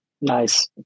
Nice